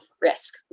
risk